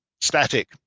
static